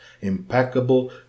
impeccable